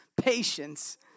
patience